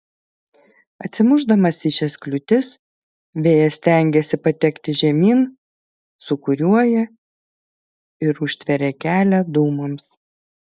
atsimušdamas į šias kliūtis vėjas stengiasi patekti žemyn sūkuriuoja ir užtveria kelią dūmams